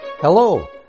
Hello